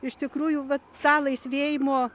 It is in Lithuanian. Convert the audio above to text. iš tikrųjų vat tą laisvėjimo